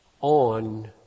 on